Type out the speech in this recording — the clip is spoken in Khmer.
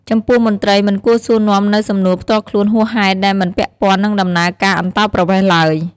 ចំពោះមន្ត្រីមិនគួរសួរនាំនូវសំណួរផ្ទាល់ខ្លួនហួសហេតុដែលមិនពាក់ព័ន្ធនឹងដំណើរការអន្តោប្រវេសន៍ឡើយ។